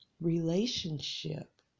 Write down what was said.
relationship